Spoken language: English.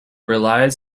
relies